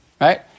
Right